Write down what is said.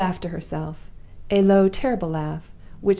she laughed to herself a low, terrible laugh,